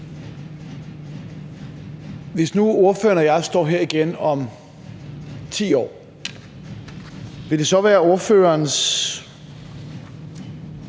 Hvis nu ordføreren og jeg står her igen om 10 år, vil det så være ordførerens